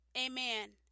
amen